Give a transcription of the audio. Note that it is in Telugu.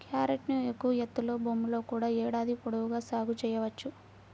క్యారెట్ను ఎక్కువ ఎత్తులో భూముల్లో కూడా ఏడాది పొడవునా సాగు చేయవచ్చు